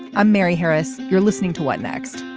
i'm mary harris. you're listening to what next.